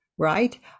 right